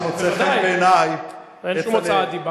תשמע, מה שמוצא חן בעיני, ואין שום הוצאת דיבה.